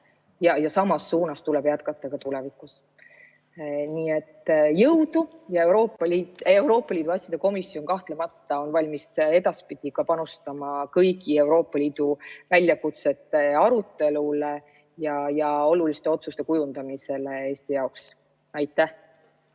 ja samas suunas tuleb jätkata ka tulevikus. Nii et jõudu! Euroopa Liidu asjade komisjon kahtlemata on valmis ka edaspidi panustama kõigi Euroopa Liidu väljakutsete arutelusse ja Eesti jaoks oluliste otsuste kujundamisse. Aitäh!